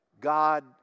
God